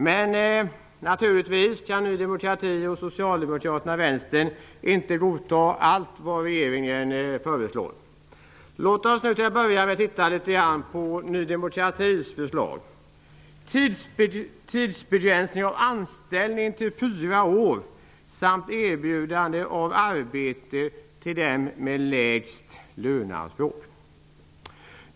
Men naturligtvis kan Ny demokrati, Socialdemokraterna och Vänsterpartiet inte godta allt vad regeringen föreslår. Låt oss till att börja med titta litet grand på Ny demokratis förslag. Man föreslår tidsbegränsning av anställning till fyra år samt erbjudande av arbete till den med lägst löneanspråk.